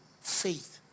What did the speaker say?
faith